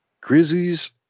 Grizzlies